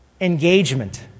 engagement